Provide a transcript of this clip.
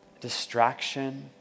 distraction